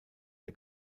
der